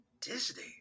Disney